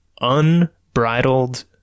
unbridled